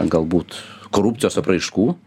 galbūt korupcijos apraiškų